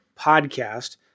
podcast